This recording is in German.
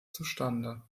zustande